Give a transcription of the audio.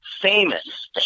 Famous